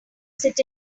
sit